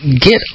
Get